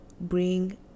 bring